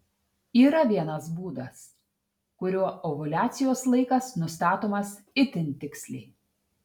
yra vienas būdas kuriuo ovuliacijos laikas nustatomas itin tiksliai